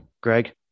Greg